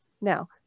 Now